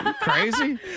Crazy